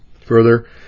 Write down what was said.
Further